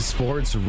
Sports